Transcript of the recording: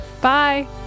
Bye